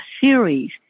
series